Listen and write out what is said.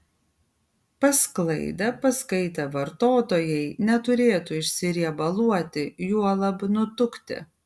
pasklaidę paskaitę vartotojai neturėtų išsiriebaluoti juolab nutukti